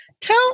Tell